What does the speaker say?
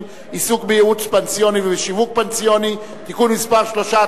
(עיסוק בייעוץ פנסיוני ובשיווק פנסיוני) (תיקון מס' 3),